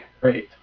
great